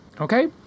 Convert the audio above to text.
Okay